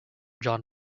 john